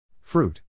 Fruit